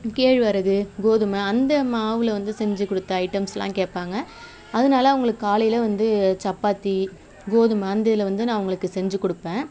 கேழ்வரகு கோதுமை அந்த மாவில் வந்து செஞ்சுக் கொடுத்த ஐட்டம்ஸ்செலாம் கேட்பாங்க அதனால அவங்களுக்கு காலையில் வந்து சப்பாத்தி கோதுமை அந்த இதில் வந்து நான் அவர்களுக்கு செஞ்சுக் கொடுப்பேன்